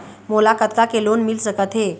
मोला कतका के लोन मिल सकत हे?